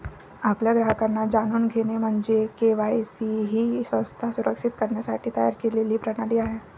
आपल्या ग्राहकांना जाणून घेणे म्हणजे के.वाय.सी ही संस्था सुरक्षित करण्यासाठी तयार केलेली प्रणाली आहे